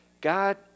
God